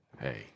Hey